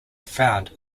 found